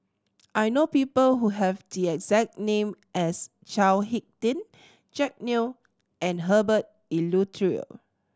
I know people who have the exact name as Chao Hick Tin Jack Neo and Herbert Eleuterio